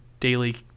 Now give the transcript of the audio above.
daily